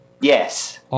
Yes